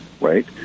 right